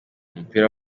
umupira